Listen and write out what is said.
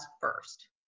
first